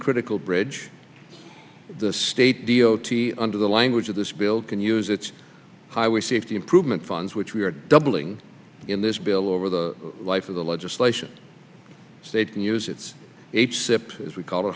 critical bridge the state d o t under the language of this bill can use its highway safety improvement funds which we are doubling in this bill over the life of the legislation state and use its h sips as we call the